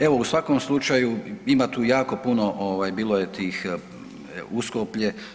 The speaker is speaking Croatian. Evo u svakom slučaju ima tu jako puno, bilo je tih Uskoplje.